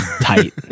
Tight